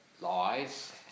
lies